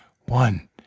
One